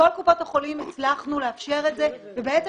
בכל קופות החולים הצלחנו לאפשר את זה ובעצם